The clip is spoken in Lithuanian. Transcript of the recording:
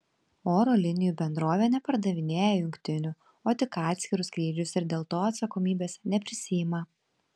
oro linijų bendrovė nepardavinėja jungtinių o tik atskirus skrydžius ir dėl to atsakomybės neprisiima